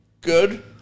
good